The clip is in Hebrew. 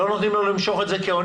לא נותנים לו למשוך את זה כהוני?